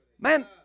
Man